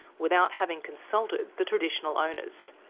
without having consulted the traditional owners.